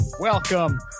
Welcome